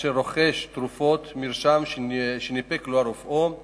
אשר רוכש תרופות מרשם שניפק לו רופאו,